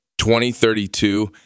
2032